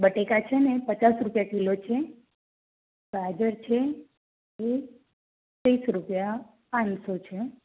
બટેકા છે ને પચાસ રૂપીએ કિલો છે ગાજર છે એ ત્રીસ રૂપિયા પાનસો છે